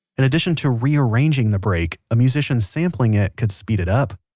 in addition to rearranging the break, a musician sampling it can speed it up.